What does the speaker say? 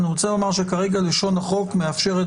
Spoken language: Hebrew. אני רוצה לומר שכרגע לשון החוק מאפשרת